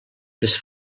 les